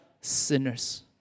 sinners